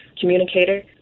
communicator